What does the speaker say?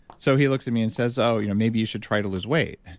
so he looks at me and says, oh, you know maybe you should try to lose weight.